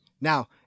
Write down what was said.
Now